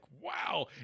wow